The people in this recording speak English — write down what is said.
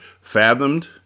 fathomed